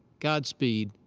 godspeed,